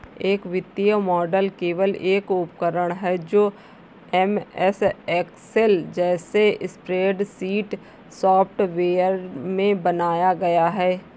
एक वित्तीय मॉडल केवल एक उपकरण है जो एमएस एक्सेल जैसे स्प्रेडशीट सॉफ़्टवेयर में बनाया गया है